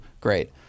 great